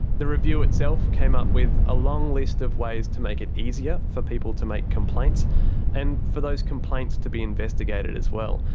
the review itself came up with a long list of ways to make it easier for people to make complaints and for those complaints to be investigated as well.